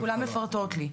כולן מפרטות לי.